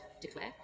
declare